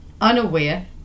unaware